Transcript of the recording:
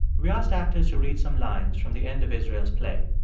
we asked actors to read some lines from the end of israel's play.